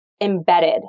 embedded